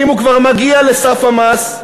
אם הוא כבר מגיע לסף המס,